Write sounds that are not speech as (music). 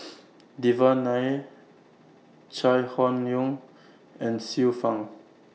(noise) Devan Nair Chai Hon Yoong and Xiu Fang